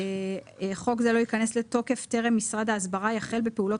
חוק זה לא ייכנס לתוקף טרם משרד ההסברה יחל בפעולות